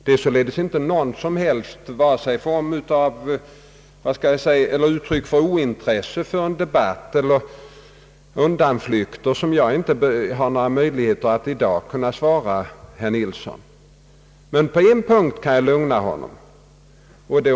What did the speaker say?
Att jag i dag inte har några möjligheter att svara herr Nilsson är således inte något uttryck för ointresse att debattera eller någon form av undanflykter. Men på en punkt kan jag lugna herr Nilsson.